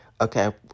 Okay